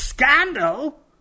scandal